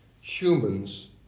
humans